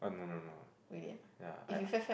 uh no no no yeah I